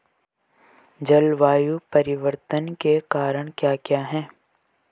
जलवायु परिवर्तन के कारण क्या क्या हैं?